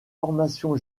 formations